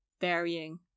varying